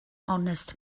honest